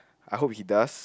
I hope he does